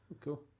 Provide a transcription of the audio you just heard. Cool